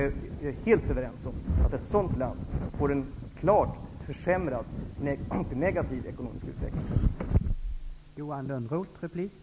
De är helt överens om att ett sådant isolerat land får en klart försämrad, en negativ, ekonomisk utveckling.